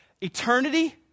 eternity